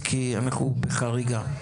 ועשתה למענן רבות.